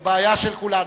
הוא בעיה של כולנו.